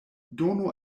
donu